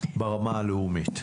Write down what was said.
ברמה הלאומית,